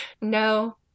No